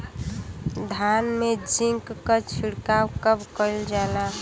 धान में जिंक क छिड़काव कब कइल जाला?